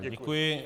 Děkuji.